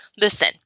listen